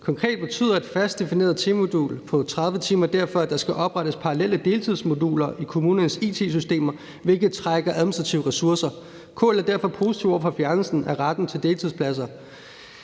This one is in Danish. Konkret betyder et fast defineret timemodul på 30 timer derfor, at der skal oprettes parallelle deltidsmoduler i kommunens it-systemer, hvilket trækker administrative ressourcer. KL er derfor positiv over for fjernelsen af retten til deltidspladser«.